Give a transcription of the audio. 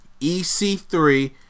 EC3